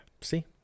see